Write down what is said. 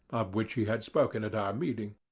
of which he had spoken at our meeting.